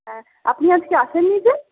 হ্যাঁ আপনি আজকে আসেননি যে